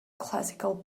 classical